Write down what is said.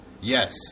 yes